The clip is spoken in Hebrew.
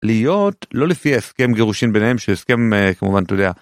להיות לא לפי הסכם גירושין ביניהם שהסכם כמובן אתה יודע